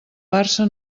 barça